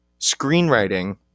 screenwriting